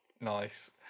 Nice